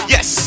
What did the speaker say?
Yes